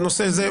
בנושא הזה,